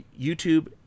YouTube